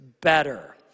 better